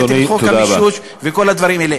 הבאתם את חוק המישוש וכל הדברים האלה,